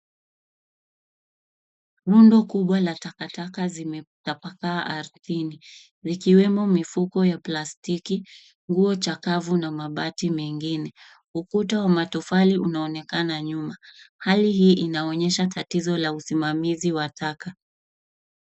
Rundo kubwa la takataka zimetapakaa ardhini zikiwemo mifuko ya plastiki, nguo chakavu na mabati mengine. Ukuta wa matofali unaonekana nyuma hali hii inaonyesha tatizo la usimamizi wa taka.